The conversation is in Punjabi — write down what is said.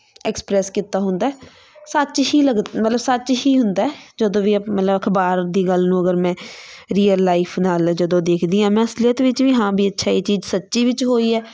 ਐਕਸਪ੍ਰੈਸ ਕੀਤਾ ਹੁੰਦਾ ਸੱਚ ਹੀ ਲਗ ਮਤਲਬ ਸੱਚ ਹੀ ਹੁੰਦਾ ਜਦੋਂ ਵੀ ਅ ਮਤਲਬ ਅਖਬਾਰ ਦੀ ਗੱਲ ਨੂੰ ਅਗਰ ਮੈਂ ਰੀਅਲ ਲਾਈਫ ਨਾਲ ਜਦੋਂ ਦੇਖਦੀ ਹਾਂ ਮੈਂ ਅਸਲੀਅਤ ਵਿੱਚ ਵੀ ਹਾਂ ਵੀ ਅੱਛਾ ਇਹ ਚੀਜ਼ ਸੱਚੀ ਵਿੱਚ ਹੋਈ ਹੈ